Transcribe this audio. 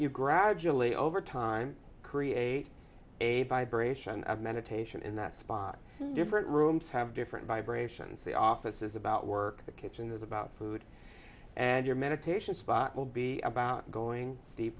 you gradually over time create a by abrasion of meditation in that spot different rooms have different vibrations the office is about work the kitchen is about food and your meditation spot will be about going deep